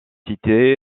city